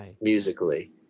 musically